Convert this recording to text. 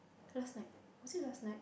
last night was it last night